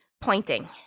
pointing